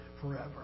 forever